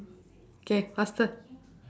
K faster